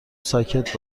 ساکت